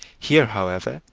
here, however,